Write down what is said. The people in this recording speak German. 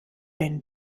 denn